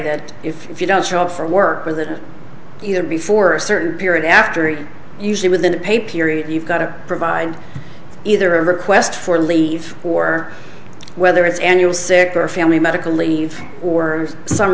that if you don't show up for work or that you have before a certain period after it usually within a pay period you've got to provide either a request for leave or whether it's annual sick or family medical leave or some